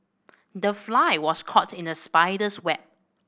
the fly was caught in the spider's web